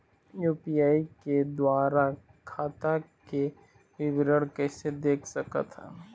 UPI के द्वारा खाता के विवरण कैसे देख सकत हन?